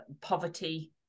poverty